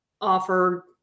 offer